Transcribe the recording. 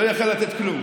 לא יכול לתת כלום,